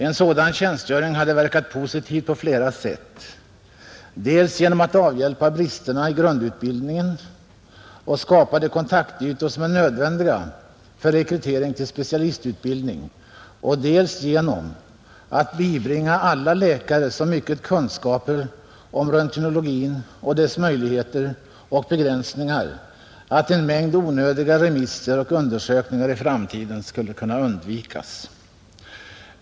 En sådan tjänstgöring hade verkat positivt på flera sätt, dels genom att avhjälpa bristerna i grundutbildningen och skapa de kontaktytor som är nödvändiga för rekrytering till specialistutbildning, dels genom att bibringa alla läkare så mycket kunskaper om röntgenologin och dess möjligheter och begränsningar att en mängd onödiga remisser och undersökningar i framtiden skulle kunna undvikas.